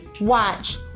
watch